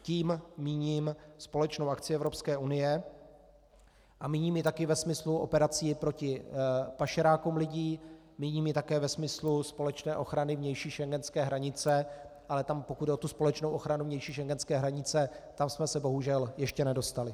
Tím míním společnou akci Evropské unie a míním ji taky ve smyslu operací proti pašerákům lidí, míním ji také ve smyslu společné ochrany vnější schengenské hranice, ale tam, pokud jde o společnou ochranu vnější schengenské hranice, tam jsme se bohužel ještě nedostali.